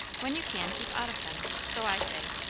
when you can, keep out of them. so i say.